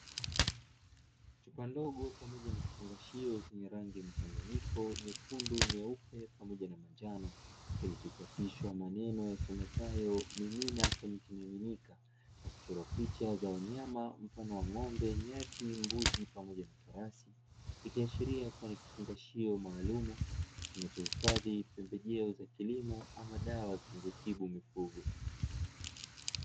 Chupa ndogo pamoja ni kifungashio chenye rangi mchanganyiko: nyekundu, nyeupe pamoja na manjano; kilichochapishwa maneno yasomekayo mimina kwenye kimiminika, na kuchora picha za wanyama mfano wa: ng'ombe, nyati, mbuzi pamoja na farasi; ikiashiria kuwa nikifungashio maalumu kinachohifadhi pembejeo za kilimo ama dawa zinazotibu mifugo.